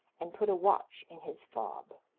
and put a watch in his fob.